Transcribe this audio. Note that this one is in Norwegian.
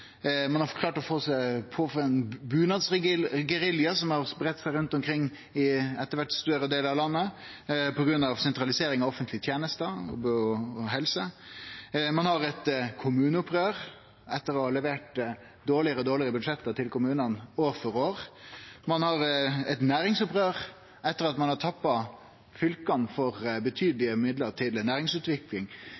Ein har klart å få ein bunadsgerilja, som etter kvart har spreidd seg rundt omkring i større delar av landet, på grunn av sentralisering av offentlege tenester og helse. Ein har eit kommuneopprør etter å ha levert dårlegare og dårlegare budsjett til kommunane år for år. Ein har eit næringsopprør etter at ein har tappa fylka for